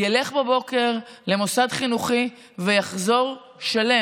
ילך בבוקר למוסד חינוכי ויחזור שלם.